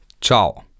Ciao